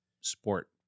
sport